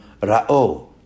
Rao